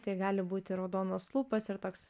tai gali būti raudonos lūpos ir toks